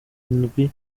indwi